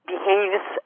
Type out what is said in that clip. Behaves